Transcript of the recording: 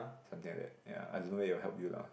something like that ya I don't know it will help you out